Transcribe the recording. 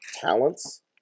talents